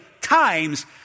times